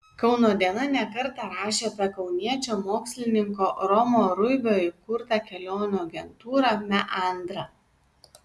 kauno diena ne kartą rašė apie kauniečio mokslininko romo ruibio įkurtą kelionių agentūrą meandra